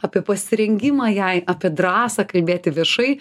apie pasirengimą jai apie drąsą kalbėti viešai